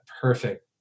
perfect